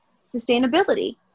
sustainability